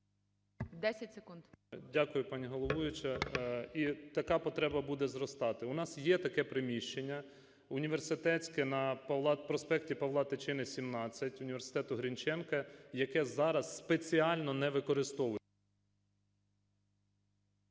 Дякую, пані головуюча. І така потреба буде зростати. У нас є таке приміщення університетське на проспекті Павла Тичини, 17 університету Грінченка, яке зараз спеціально не використовується…